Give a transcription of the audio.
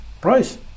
price